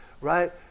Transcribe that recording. right